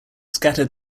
scattered